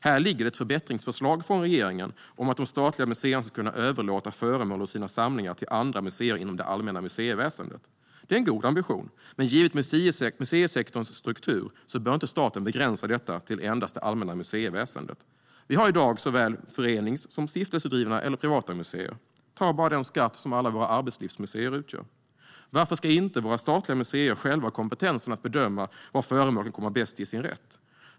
Här ligger det ett förbättringsförslag från regeringen om att de statliga museerna ska kunna överlåta föremål ur sina samlingar till andra museer inom det allmänna museiväsendet. Det är en god ambition, men givet museisektorns struktur bör inte staten begränsa detta till endast det allmänna museiväsendet. Vi har i dag såväl förenings och stiftelsedrivna som privata museer. Ta bara den skatt som alla våra arbetslivsmuseer utgör! Varför skulle inte våra statliga museer själva ha kompetensen att bedöma var föremål kan komma bäst till sin rätt?